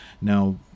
Now